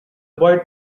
boy